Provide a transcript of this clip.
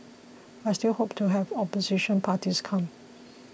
I still hope to have opposition parties come